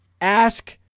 ask